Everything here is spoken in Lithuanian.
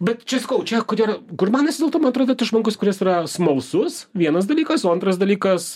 bet čia sakau čia ko gero gurmanas man atrodo tas žmogus kuris yra smalsus vienas dalykas o antras dalykas